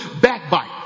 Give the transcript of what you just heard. backbite